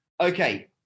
okay